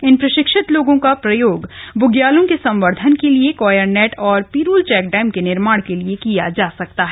इन प्रशिक्षित लोगों का प्रयोग ब्ग्यालों के संवर्धन के लिए कॉयर नेट और पिरूल चेकडैम के निर्माण के लिए किया जा सकता है